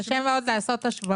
עושים את החישוב